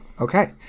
okay